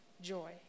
joy